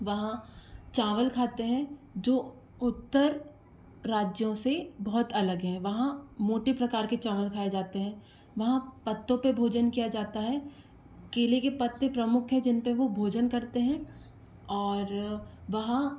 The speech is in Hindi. वहाँ चावल खाते हैं जो उत्तर राज्यों से बहुत अलग हैं वहाँ मोटे प्रकार के चावल खाए जाते हैं वहाँ पत्तों पे भोजन किया जाता है केले के पत्ते प्रमुख हैं जिनपे वो भोजन करते हैं और वहाँ